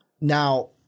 Now